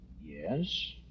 Yes